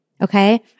okay